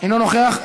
אינו נוכח,